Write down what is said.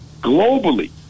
globally